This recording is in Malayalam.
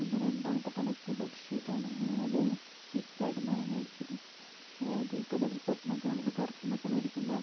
എൻ്റെ രണ്ടാമത്തെ പ്രൊഡക്റ്റ് ബെഡ്ഷീറ്റാണ് ഞാനത് ഫ്ളിപ്കാട്ടിന്നാണ് മേടിച്ചത് അതായത് ഇപ്പോൾ ഡബിൾ കോട്ടിനൊക്കെ നമുക്ക് പുറതിന്നൊക്കെ മേടിക്കുമ്പം